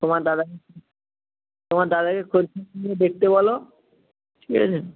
তোমার দাদা তোমার দাদাকে খোঁজ নিয়ে দেখতে বলো ঠিক আছে